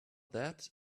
that